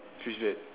twist that